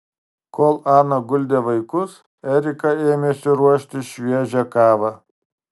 kol ana guldė vaikus erika ėmėsi ruošti šviežią kavą